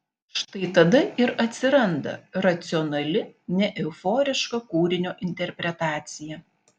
štai tada ir atsiranda racionali neeuforiška kūrinio interpretacija